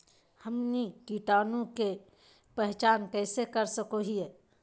हमनी कीटाणु के पहचान कइसे कर सको हीयइ?